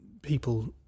People